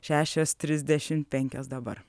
šešios trisdešim penkios dabar